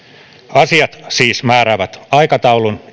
asiat siis määräävät aikataulun